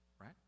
right